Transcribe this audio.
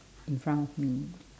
in front of me